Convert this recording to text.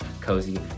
cozy